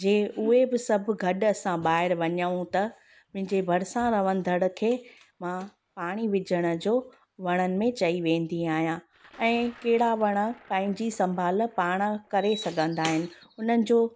जे उहे बि सभु गॾु सभु असां ॿाहिरि वञूं त मुंहिंजे भरिसां रहंदड़ खे मां पाणी विझण जो वणनि में चई वेंदी आहियां ऐं कहिड़ा वण पंहिंजी संभाल पाण करे सघंदा आहिनि उन्हनि जो